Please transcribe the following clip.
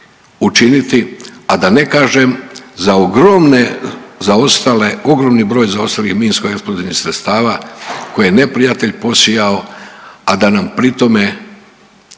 učiniti, a da ne kažem za ogromne zaostale, ogromni broj zaostalih minsko eksplozivnih sredstva koje je neprijatelj posijao, a da nam pri tome,